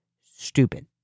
stupid